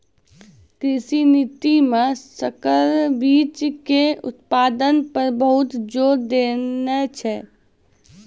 कृषि नीति मॅ संकर बीच के उत्पादन पर बहुत जोर देने छै